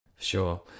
Sure